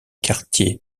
quartiers